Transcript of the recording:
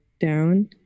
down